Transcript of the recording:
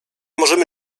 możemy